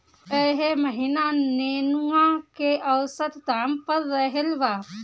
एह महीना नेनुआ के औसत दाम का रहल बा?